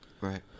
right